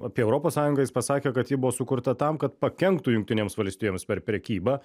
apie europos sąjungą jis pasakė kad ji buvo sukurta tam kad pakenktų jungtinėms valstijoms per prekybą